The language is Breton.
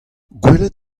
gwelet